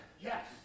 Yes